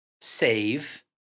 save